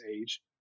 age